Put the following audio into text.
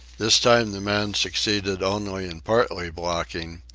this time the man succeeded only in partly blocking,